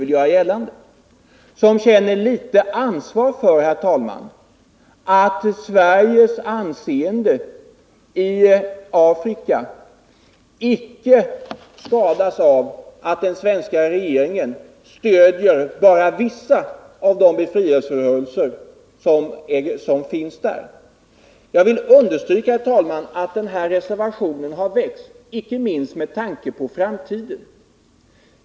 Jag tänker då på människor som känner litet ansvar för att Sveriges anseende i Afrika icke skadas av att den svenska regeringen stöder bara vissa av de befrielserörelser som finns där. Jag vill understryka, herr talman, att den här reservationen har avgivits icke minst med tanke på framtiden.